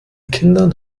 kindern